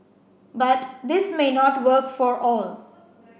but this may not work for all